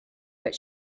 but